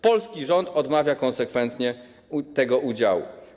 Polski rząd odmawia konsekwentnie tego udziału.